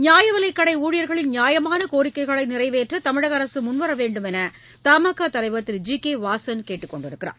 நியாயவிலைக் கடை ஊழியர்களின் நியாயமான கோரிக்கைகளை நிறைவேற்ற தமிழக அரசு முன்வர வேண்டும் என்று தமாகா தலைவர் திரு ஜி கே வாசன் கேட்டுக் கொண்டுள்ளார்